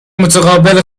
متقابل